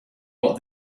what